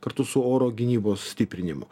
kartu su oro gynybos stiprinimu